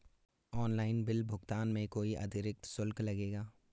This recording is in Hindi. ऑनलाइन बिल भुगतान में कोई अतिरिक्त शुल्क लगेगा?